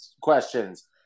questions